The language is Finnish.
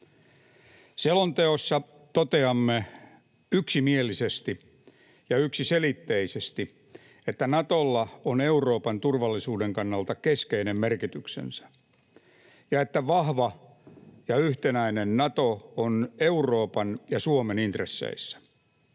Selonteossa toteamme yksimielisesti ja yksiselitteisesti, että Natolla on Euroopan turvallisuuden kannalta keskeinen merkityksensä ja että vahva ja yhtenäinen Nato on Euroopan ja Suomen intresseissä.